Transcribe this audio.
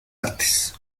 artes